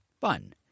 fun